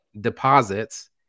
deposits